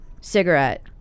cigarette